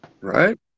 Right